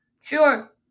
Sure